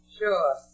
Sure